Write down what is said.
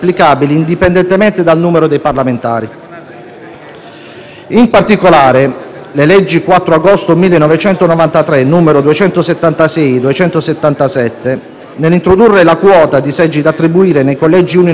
In particolare, le leggi 4 agosto 1993, n. 276 e n. 277, nell'introdurre la quota di seggi da attribuire nei collegi uninominali e quella da attribuire con metodo proporzionale,